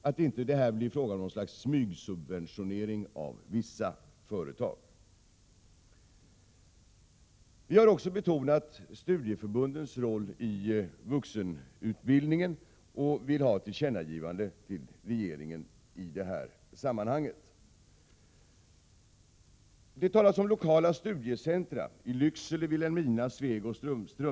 Det får inte bli fråga om något slags smygsubventionering av vissa företag. Vi har också betonat studieförbundens roll i vuxenutbildningen och vill ha ett tillkännagivande till regeringen i det sammanhanget. Det talas om lokala studiecentra i Lycksele, Vilhelmina, Sveg och Strömsund.